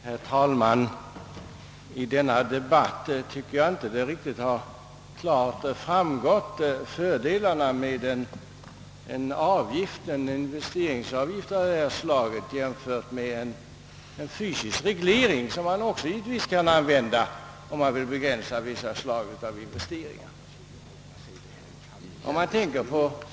Herr talman! I denna debatt tycker jag inte det riktigt klart har framgått fördelarna med en investeringsavgift av detta slag jämfört med en fysisk reglering, som givetvis också kan användas för att begränsa vissa investeringar.